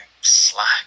Slack